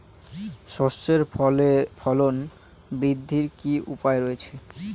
সর্ষের ফলন বৃদ্ধির কি উপায় রয়েছে?